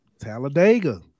Talladega